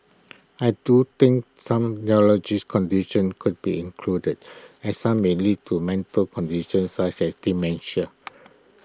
I do think some neurological conditions could be included as some may lead to mental conditions such as dementia